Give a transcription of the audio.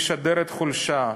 משדרת חולשה.